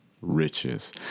Riches